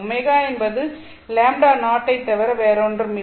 ω என்பது λ0 ஐத் தவிர வேறொன்றுமில்லை